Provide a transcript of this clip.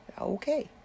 Okay